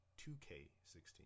2K16